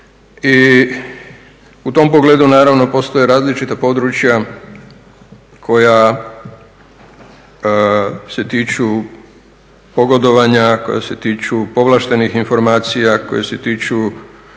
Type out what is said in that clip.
I u tom pogledu naravno postoje različita područja koja se tiču pogodovanja, koja se tiču povlaštenih informacija, koja se tiču